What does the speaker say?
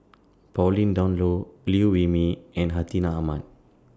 Pauline Dawn Loh Liew Wee Mee and Hartinah Ahmad